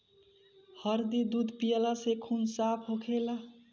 हरदी दूध पियला से खून साफ़ होखेला